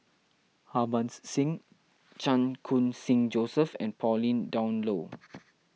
Harbans Singh Chan Khun Sing Joseph and Pauline Dawn Loh